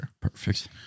Perfect